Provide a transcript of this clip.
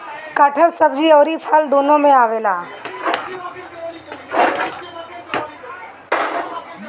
कटहल सब्जी अउरी फल दूनो में आवेला